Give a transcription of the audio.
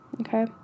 okay